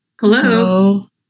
Hello